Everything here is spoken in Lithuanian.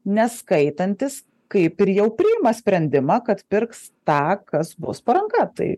neskaitantis kaip ir jau priima sprendimą kad pirks tą kas bus po ranka tai